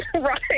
right